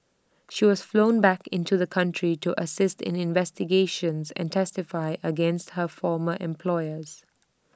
she was flown back into the country to assist in investigations and testify against her former employers